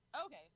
Okay